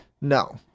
No